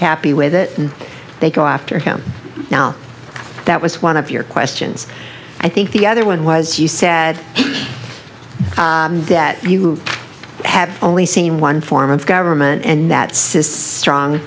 happy with it and they go after him now that was one of your questions i think the other one was you said that you have only seen one form of government and that says strong